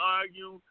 argue